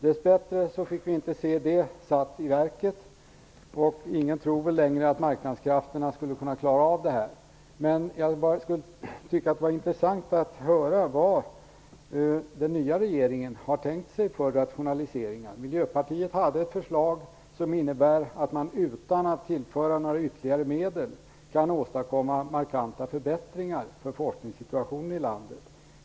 Dess bättre fick vi inte se det satt i verket. Ingen tror väl längre att marknadskrafterna skulle kunna klara av detta. Men det skulle vara intressant att höra vad den nya regeringen har tänkt sig för rationaliseringar. Miljöpartiet hade ett förslag som innebär att man utan att tillföra några ytterligare medel kan åstadkomma markanta förbättringar för forskningsituationen i landet.